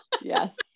Yes